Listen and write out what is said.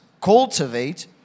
Cultivate